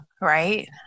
right